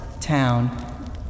town